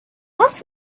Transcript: ask